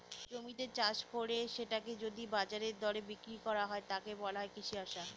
জমিতে চাষ করে সেটাকে যদি বাজারের দরে বিক্রি করা হয়, তাকে বলে কৃষি ব্যবসা